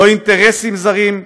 לא אינטרסים זרים,